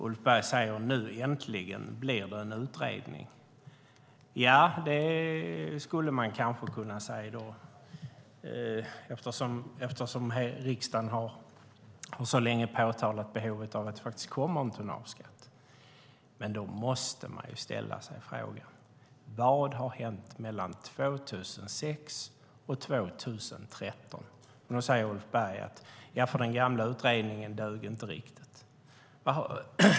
Ulf Berg säger: Nu äntligen blir det en utredning. Ja, det skulle man kanske kunna säga, eftersom riksdagen så länge har påtalat behovet av att det faktiskt kommer en tonnageskatt. Men då måste man ställa sig frågan: Vad har hänt mellan 2006 och 2013? Nu säger Ulf Berg: Den gamla utredningen dög inte riktigt.